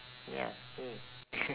ya !yay!